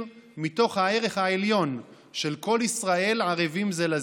מתוך הערך העליון של "כל ישראל ערבים זה לזה".